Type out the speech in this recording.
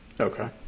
Okay